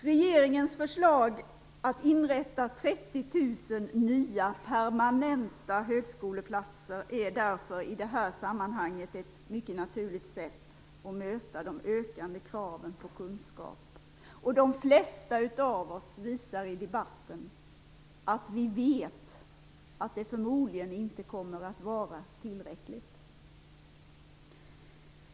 Regeringens förslag att inrätta 30 000 nya, permanenta högskoleplatser är därför i det här sammanhanget ett mycket naturligt sätt att möta de ökande kraven på kunskap. Och de flesta av oss visar i debatten att vi vet att det förmodligen inte kommer att vara tillräckligt.